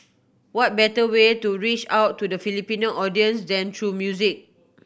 what better way to reach out to the Filipino audience than through music